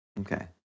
Okay